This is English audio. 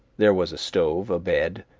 there was a stove, a bed,